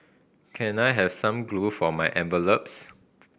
can I have some glue for my envelopes